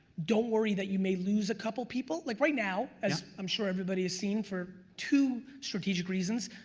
don't worry that you may lose a couple people, like right now, as i'm sure everybody has seen for two strategic reasons,